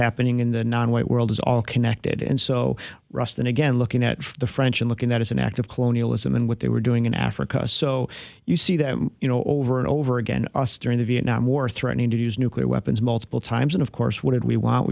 happening in the non white world is all connected and so ruston again looking at the french and looking that is an act of colonialism and what they were doing in africa so you see that you know over and over again during the vietnam war threatening to use nuclear weapons multiple times and of course what did we want